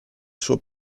suo